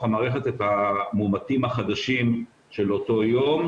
המערכת את המאומתים החדשים של אותו יום,